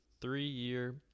three-year